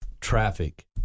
traffic